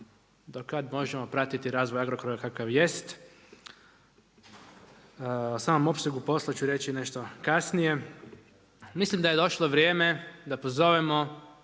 do kada možemo pratiti razvoj Agrokora kakav jest. O samom opsegu posla ću reći nešto kasnije. Mislim da je došlo vrijeme da pozovemo